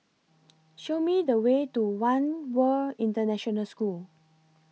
Show Me The Way to one World International School